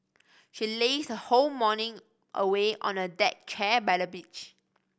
she lazed her whole morning away on a deck chair by the beach